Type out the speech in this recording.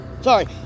Sorry